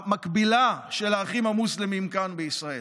המקבילה של האחים המוסלמים כאן בישראל.